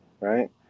right